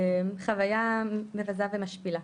חוויה מבזה ומשפילה.